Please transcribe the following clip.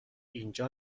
اینجا